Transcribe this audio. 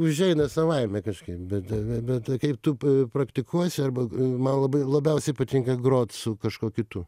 užeina savaime kažkaip bet be bet kaip tu praktikuojiesi arba man labai labiausiai patinka grot su kažkuo kitu